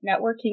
networking